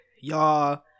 y'all